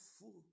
full